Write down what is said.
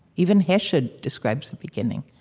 even hesiod describes the beginning.